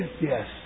Yes